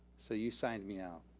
so you signed me out.